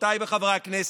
חברותיי וחברי הכנסת,